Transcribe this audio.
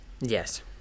Yes